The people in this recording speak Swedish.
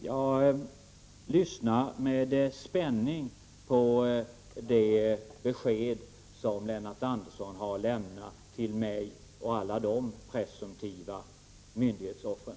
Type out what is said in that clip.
Jag kommer med spänning att lyssna på det besked som Lennart Andersson har att lämna till mig och alla de presumtiva myndighetsoffren.